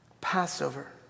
Passover